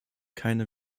keine